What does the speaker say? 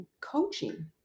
coaching